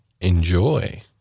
Enjoy